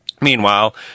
Meanwhile